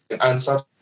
answer